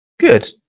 Good